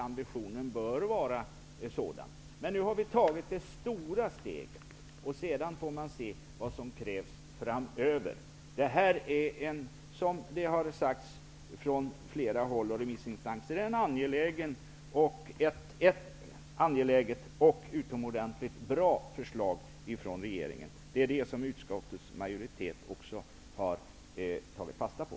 Ambitionen bör vara sådan hos polisen. Nu har vi i justitieutskottet tagit det stora steget, sedan får man se vad som krävs framöver. Som det har sagts från flera håll och från flera remissinstanser är regeringens förslag angeläget och utomordentligt bra. Det har utskottets majoritet också tagit fasta på.